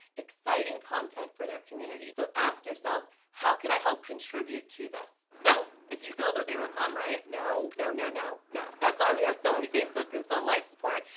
exciting content for their community. so, ask yourself, how can i help contribute to this? so, if you build it, they will come, right? no, no, no, no, no. that's why we have so many facebook groups on life support,